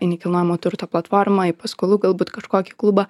į nekilnojamo turto platformą į paskolų galbūt kažkokį klubą